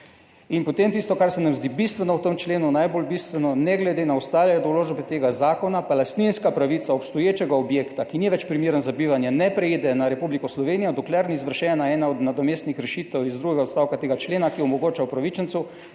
In potem tisto, kar se nam zdi bistveno v tem členu, najbolj bistveno: ne glede na ostale določbe tega zakona pa lastninska pravica obstoječega objekta, ki ni več primeren za bivanje, ne preide na Republiko Slovenijo, dokler ni izvršena ena od nadomestnih rešitev iz drugega odstavka tega člena, ki omogoča upravičencu,